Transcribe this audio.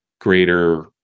greater